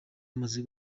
bamaze